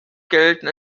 gelten